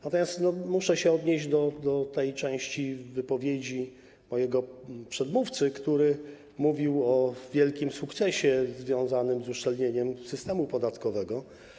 Natomiast muszę się odnieść do tej części wypowiedzi mojego przedmówcy, który mówił o wielkim sukcesie związanym z uszczelnieniem systemu podatkowego.